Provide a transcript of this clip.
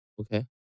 Okay